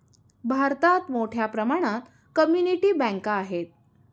भारतात मोठ्या प्रमाणात कम्युनिटी बँका आहेत